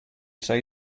say